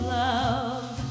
love